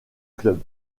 club